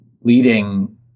leading